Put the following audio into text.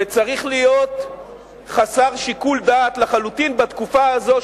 וצריך להיות חסר שיקול דעת לחלוטין בתקופה הזאת,